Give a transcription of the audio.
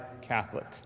Catholic